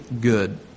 good